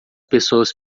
pessoas